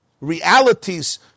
realities